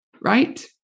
right